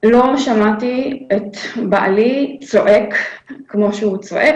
לא שמעתי את בעלי צועק כפי שהוא צעק.